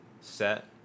set